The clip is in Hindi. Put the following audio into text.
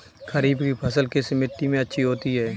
खरीफ की फसल किस मिट्टी में अच्छी होती है?